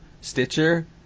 Stitcher